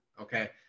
okay